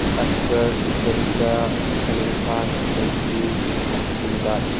ꯑꯁꯀ꯭ꯔ ꯏꯊꯦꯝꯆꯥ ꯁꯂꯤꯝ ꯈꯥꯟ ꯖꯨꯜꯐꯤ ꯏꯝꯗꯥꯠ